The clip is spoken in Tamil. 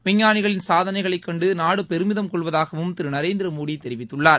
விஞ்ஞானிகளின் சாதனைகளை கண்டு நாடு பெருமிதம் கொள்வதாகவும் திரு நரேந்திரமோடி தெரிவித்துள்ளார்